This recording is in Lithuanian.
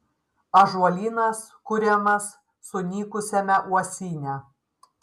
ąžuolynas kuriamas sunykusiame uosyne